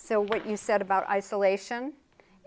so what you said about isolation